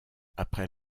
après